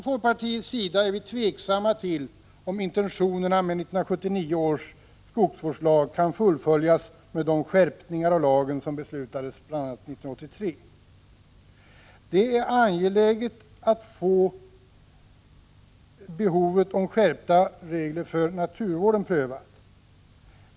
Från folkpartiets sida är vi tveksamma till om intentionerna med 1979 års skogsvårdslag kan fullföljas med de skärpningar av lagen som beslutades bl.a. 1983. Det är angeläget att få behovet av skärpta regler för naturvården prövat.